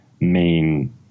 main